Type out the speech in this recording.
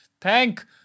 Thank